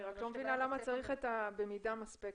אני רק לא מבינה למה צריך את ה"במידה מספקת".